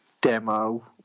demo